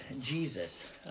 Jesus